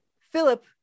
Philip